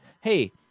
hey